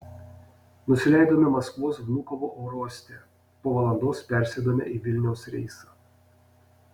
nusileidome maskvos vnukovo oro uoste po valandos persėdome į vilniaus reisą